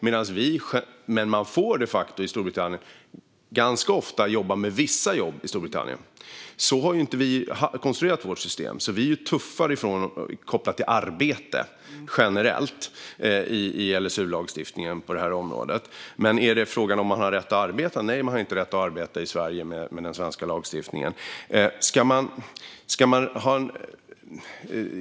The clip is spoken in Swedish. Men man får de facto i Storbritannien ganska ofta ha vissa jobb. Så har inte vi konstruerat vårt system. Vi är därför generellt tuffare kopplat till arbete enligt LSU på detta område. När det gäller frågan om man har rätt att arbeta har man inte rätt att arbeta i Sverige enligt den svenska lagstiftningen.